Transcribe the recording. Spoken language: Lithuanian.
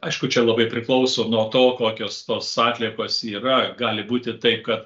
aišku čia labai priklauso nuo to kokios tos atliekos yra gali būti taip kad